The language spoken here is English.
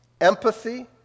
empathy